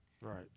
Right